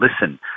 listen